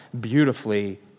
beautifully